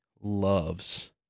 loves